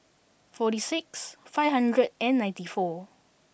forty six five hundred and ninety four